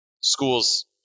schools